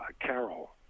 Carol